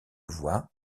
voix